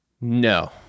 No